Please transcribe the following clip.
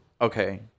Okay